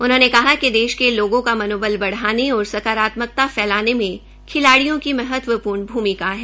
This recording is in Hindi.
उन्होंने कहा कि देश के लोग का मनोबल बढ़ाने और सकारात्मकता फैलाने में खिलाडिय़ों की महत्वपूर्ण भूमिका है